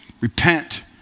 repent